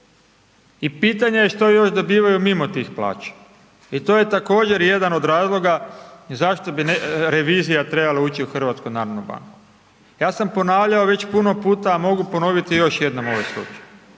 i pitanje je što još dobivaju mimo tih plaća i to je također jedan od razloga zašto bi revizija trebala ući u HNB. Ja sam ponavljao već puno puta, a mogu ponoviti još jednom u